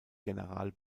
general